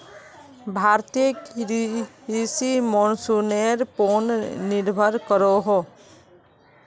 भारतीय कृषि मोंसूनेर पोर निर्भर करोहो